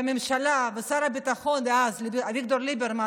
והממשלה ושר הביטחון דאז אביגדור ליברמן